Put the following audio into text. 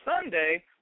Sunday